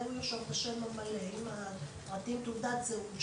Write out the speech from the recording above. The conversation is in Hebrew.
הוא ירשום את השם המלא עם הפרטים ותעודת הזהות שלו.